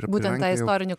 būtent tą istorinį